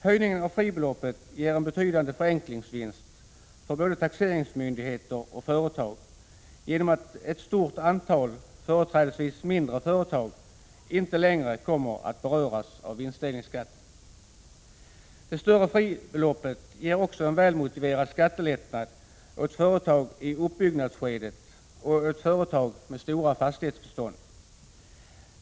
Höjningen av fribeloppet ger en betydande förenklingsvinst för både taxeringsmyndigheter och företag genom att ett stort antal, företrädes vis mindre, företag inte längre kommer att beröras av vinstdelningsskatten. Det större fribeloppet ger också en välmotiverad skattelättnad åt företag i uppbyggnadsskedet och åt företag med stora fastighetsbestånd.